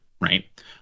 right